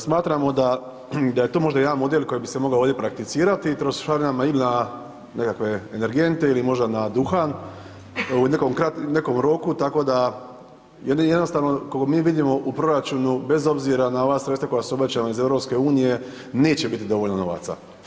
Smatramo da je to možda jedan model koji bi se mogao ovdje prakcitirati, trošarinama ili na nekakve energente ili možda na duhan u nekom kratkom roku, nekom roku tako da jednostavno koliko mi vidimo u proračuna bez obzira na ova sredstava koja su obećana iz EU neće biti dovoljno novaca.